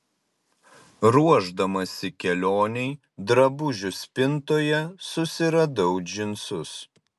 ruošdamasi kelionei drabužių spintoje susiradau džinsus